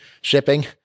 shipping